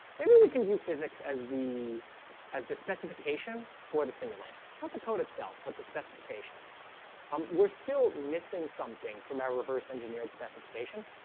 maybe we can view physics as the as the specification for the simulator not the code itself, but the specification um, we're still missing something from our reverse-engineered specification.